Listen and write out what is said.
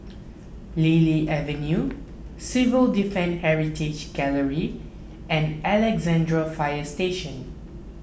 Lily Avenue Civil Defence Heritage Gallery and Alexandra Fire Station